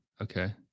Okay